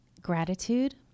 gratitude